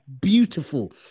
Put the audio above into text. beautiful